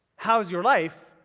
how's your life?